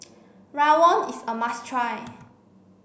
Rawon is a must try